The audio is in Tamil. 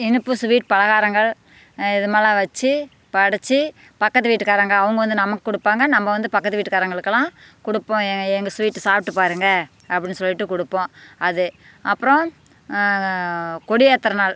இனிப்பு ஸ்வீட் பலகாரங்கள் இது மாதிரிலாம் வச்சு படைச்சி பக்கத்து வீட்டுக்காரங்க அவங்க வந்து நமக்கு கொடுப்பாங்க நம்ம வந்து பக்கத்து வீட்டுகாரங்களுக்குலாம் கொடுப்போம் எங் எங்கள் ஸ்வீட்டு சாப்பிட்டு பாருங்க அப்படினு சொல்லிகிட்டு கொடுப்போம் அது அப்புறம் கொடியேற்றுற நாள்